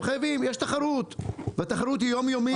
יש תחרות והתחרות היא יום-יומית,